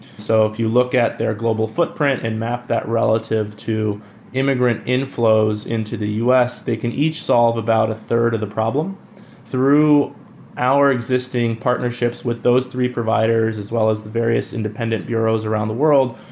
so if you look at their global footprint and map that relative to immigrant inflows into the us, they can each solve about a third of the problem through our existing partnerships with those three providers as well as the various independent bureaus around the world.